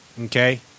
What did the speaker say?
Okay